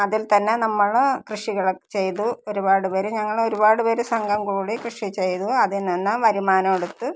അതിൽ തന്നെ നമ്മൾ കൃഷികൾ ഒ ചെയ്തു ഒരുപാട് പേർ ഞങ്ങളൊരുപാട് പേർ സംഘം കൂടി കൃഷി ചെയ്തു അതിൽനിന്ന് വരുമാനമെടുത്ത്